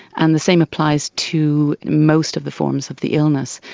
and the same applies to most of the forms of the illness.